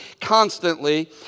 constantly